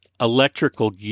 electrical